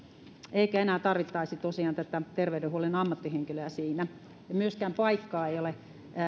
eikä siinä tosiaan enää tarvittaisi tätä terveydenhuollon ammattihenkilöä myöskään paikkaa ei